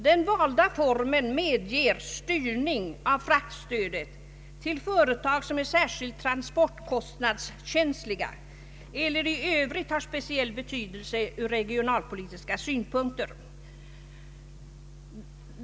Den valda formen medger styrning av fraktstödet till företag som är särskilt transportkostnadskänsliga eller som i övrigt har speciell betydelse från regionalpolitiska synpunkter.